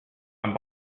and